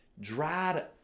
dried